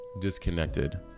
disconnected